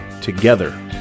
together